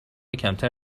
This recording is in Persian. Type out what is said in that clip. کمتر